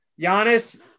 Giannis